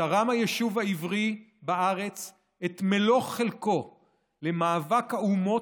תרם היישוב העברי בארץ את מלוא חלקו למאבק האומות